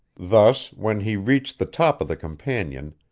thus, when he reached the top of the companion,